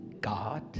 God